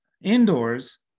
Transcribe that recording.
Indoors